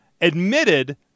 admitted